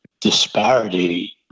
disparity